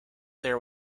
there